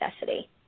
necessity